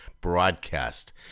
broadcast